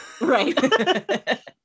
Right